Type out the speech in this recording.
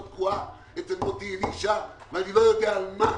תקועה אצל מוטי אלישע ואני לא יודע על מה.